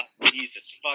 Jesus